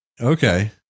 Okay